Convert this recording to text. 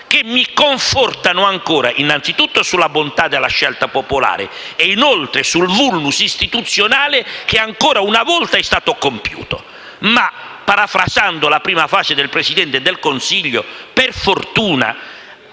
che mi conforta ancora, innanzitutto, sulla bontà della scelta popolare e poi sul *vulnus* istituzionale che, ancora una volta, è stato compiuto. Parafrasando, però, la prima frase del Presidente del Consiglio, dopo aver